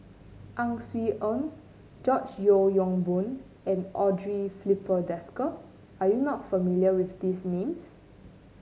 Ang Swee Aun George Yeo Yong Boon and Andre Filipe Desker are you not familiar with these names